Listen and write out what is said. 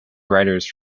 writers